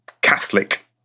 catholic